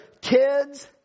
kids